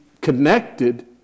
connected